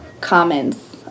comments